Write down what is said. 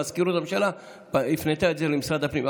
מזכירות הממשלה הפנתה את זה למשרד הפנים,